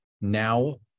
now